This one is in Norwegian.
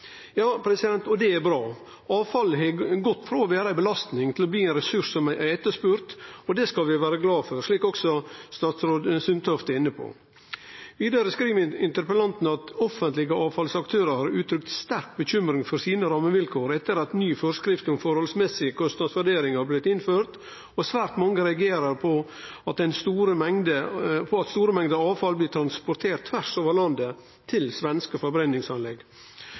og det er bra. Avfallet har gått frå å vere ei belastning til å bli ein ressurs som er etterspurd, og det skal vi vere glade for, slik også statsråd Sundtoft er inne på. Vidare skriv interpellanten at offentlege avfallsaktørar har uttrykt sterk bekymring for sine rammevilkår etter at ny forskrift om forholdsmessig kostnadsfordeling har blitt innført, og svært mange reagerer på at store mengder avfall blir transporterte tvers over landet til svenske forbrenningsanlegg.